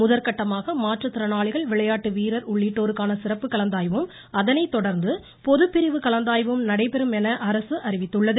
முதற்கட்டமாக மாற்றுத்திறனாளிகள் விளையாட்டு வீரர் உள்ளிட்டோருக்கான சிறப்பு கலந்தாய்வும் அதனை தொடர்ந்து பொதுப்பிரிவு கலந்தாய்வும் நடைபெறும் என அரசு அறிவித்துள்ளது